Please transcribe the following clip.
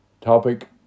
topic